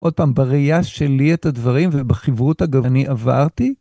עוד פעם בראייה שלי את הדברים ובחברות אגב אני עברתי.